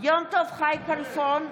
יום טוב חי כלפון,